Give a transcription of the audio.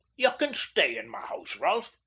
ye can stay in my house, rolf,